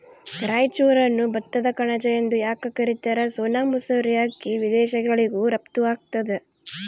ರಾಯಚೂರನ್ನು ಭತ್ತದ ಕಣಜ ಎಂದು ಯಾಕ ಕರಿತಾರ? ಸೋನಾ ಮಸೂರಿ ಅಕ್ಕಿ ವಿದೇಶಗಳಿಗೂ ರಫ್ತು ಆಗ್ತದ